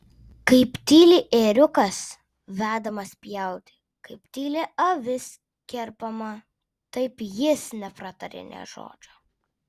kaip tyli ėriukas vedamas pjauti kaip tyli avis kerpama taip jis nepratarė nė žodžio